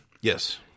Yes